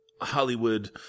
Hollywood